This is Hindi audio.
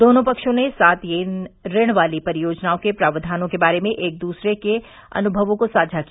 दोनों पक्षों ने सात येन ऋण वाली परियोजनाओं के प्राक्यानों के बारे में एक दूसरे के अनुमवों को साझा किया